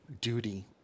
duty